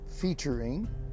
featuring